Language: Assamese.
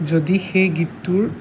যদি সেই গীতটোৰ